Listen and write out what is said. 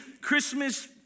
Christmas